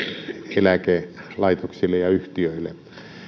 eläkelaitoksille ja yhtiöille